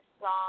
song